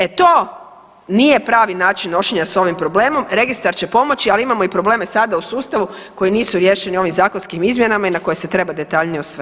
E to nije pravi način nošenja s ovim problemom, registar će pomoći ali imamo i probleme sada u sustavu koji nisu riješeni ovim zakonskim izmjenama i na koje se treba detaljnije osvrnuti.